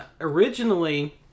originally